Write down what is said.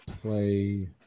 play